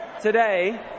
today